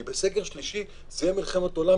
כי בסגר שלישי תהיה מלחמת עולם,